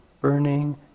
burning